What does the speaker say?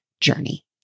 journey